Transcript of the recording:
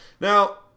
Now